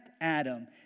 Adam